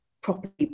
properly